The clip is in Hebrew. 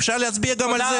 אפשר להצביע גם על זה.